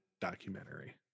documentary